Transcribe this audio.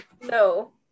No